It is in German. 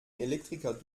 elektriker